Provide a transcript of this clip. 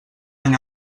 any